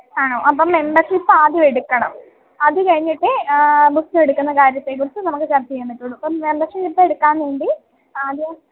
ആണോ അപ്പം മെമ്പർഷിപ്പ് ആദ്യമെടുക്കണം അത് കഴിഞ്ഞിട്ടേ ബുക്കെടുക്കുന്ന കാര്യത്തെക്കുറിച്ച് നമുക്ക് ചർച്ച ചെയ്യാൻ പറ്റുകയുള്ളൂ അപ്പം മെമ്പർഷിപ്പ് എടുക്കാന് വേണ്ടി ആദ്യം